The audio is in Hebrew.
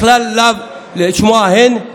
מכלל לאו לשמוע הן.